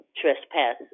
trespass